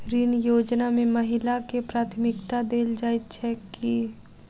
ऋण योजना मे महिलाकेँ प्राथमिकता देल जाइत छैक की?